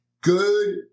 Good